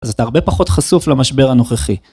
אז אתה הרבה פחות חשוף למשבר הנוכחי.